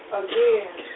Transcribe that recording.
again